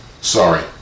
sorry